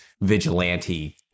vigilante